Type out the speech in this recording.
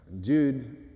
Jude